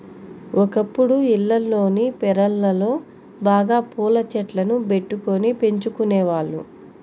ఒకప్పుడు ఇళ్లల్లోని పెరళ్ళలో బాగా పూల చెట్లను బెట్టుకొని పెంచుకునేవాళ్ళు